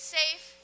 safe